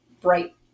bright